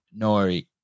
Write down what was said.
Nori